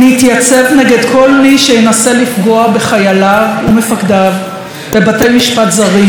נתייצב נגד כל מי שינסה לפגוע בחייליו ומפקדיו בבתי משפט זרים,